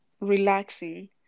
relaxing